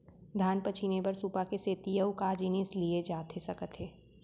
धान पछिने बर सुपा के सेती अऊ का जिनिस लिए जाथे सकत हे?